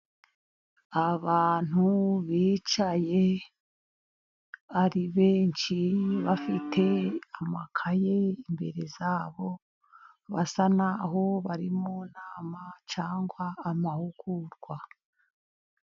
Abantu bicaye ari benshi bafite amakayi imbere yabo, basa n'aho bari mu nama cyangwa amahugurwa.